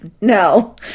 No